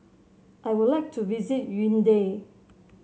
I would like to visit Yaounde